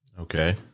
Okay